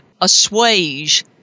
assuage